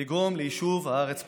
ולגרום ליישוב הארץ כולה.